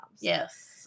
Yes